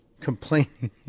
complaining